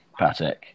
Patek